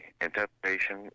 interpretation